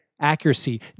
accuracy